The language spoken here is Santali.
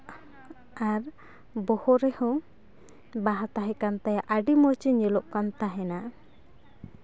ᱟᱨ ᱵᱚᱦᱚᱜ ᱨᱮᱦᱚᱸ ᱵᱟᱦᱟ ᱛᱟᱦᱮᱸ ᱠᱟᱱ ᱛᱟᱭᱟ ᱟᱹᱰᱤ ᱢᱚᱡᱮ ᱧᱮᱞᱚᱜ ᱠᱟᱱ ᱛᱟᱦᱮᱱᱟ